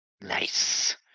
Nice